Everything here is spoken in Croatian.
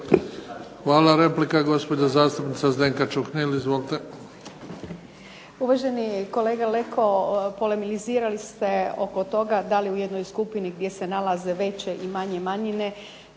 Hvala. Replika gospođa zastupnica Zdenka Čuhnil. Izvolite. **Čuhnil, Zdenka (Nezavisni)** Uvaženi kolega Leko polemizirali ste oko toga da li u jednoj skupini gdje se nalaze veće ili manje manjine,